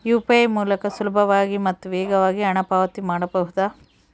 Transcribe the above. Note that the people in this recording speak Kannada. ಯು.ಪಿ.ಐ ಮೂಲಕ ಸುಲಭವಾಗಿ ಮತ್ತು ವೇಗವಾಗಿ ಹಣ ಪಾವತಿ ಮಾಡಬಹುದಾ?